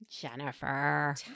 jennifer